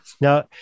Now